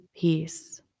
peace